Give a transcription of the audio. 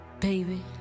Baby